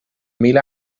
mil